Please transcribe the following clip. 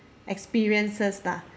experiences lah